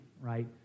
right